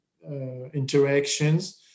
interactions